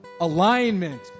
alignment